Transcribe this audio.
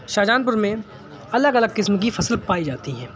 شاہجہان پور میں الگ الگ قسم کی فصل پائی جاتی ہے